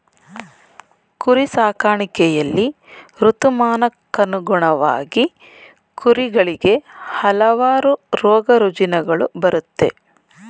ಕುರಿ ಸಾಕಾಣಿಕೆಯಲ್ಲಿ ಋತುಮಾನಕ್ಕನುಗುಣವಾಗಿ ಕುರಿಗಳಿಗೆ ಹಲವಾರು ರೋಗರುಜಿನಗಳು ಬರುತ್ತೆ